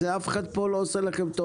אף אחד לא נשאר אצלנו.